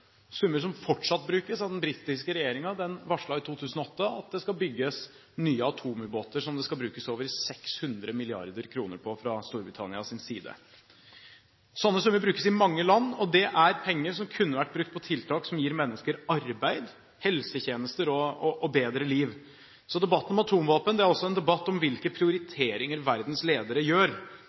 summer som fortsatt brukes av den britiske regjeringen. Den varslet i 2008 at det skulle bygges nye atomubåter som det skulle brukes over 600 mrd. kr på fra Storbritannias side. Sånne summer brukes i mange land, og det er penger som kunne vært brukt på tiltak som gir mennesker arbeid, helsetjenester og bedre liv. Så debatten om atomvåpen er også en debatt om hvilke prioriteringer verdens ledere gjør,